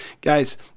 Guys